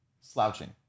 slouching